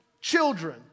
children